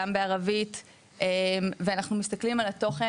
גם בערבית ואנחנו מסתכלים על התוכן,